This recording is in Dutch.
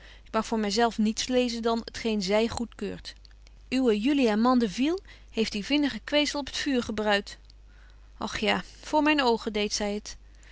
mag voor my zelf niets lezen dan t geen zy goed keurt uwe julia mandeville heeft die vinnige kwezel op t vuur gebruit och ja voor myn oogen deedt zy het